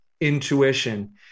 intuition